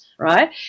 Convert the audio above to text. right